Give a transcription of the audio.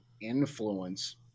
influence